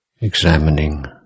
examining